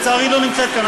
לצערי היא לא נמצאת כאן,